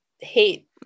hate